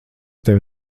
tevi